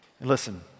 Listen